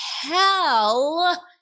hell